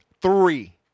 Three